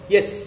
Yes